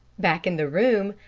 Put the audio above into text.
back in the room,